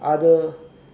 other